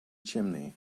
chimney